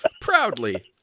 Proudly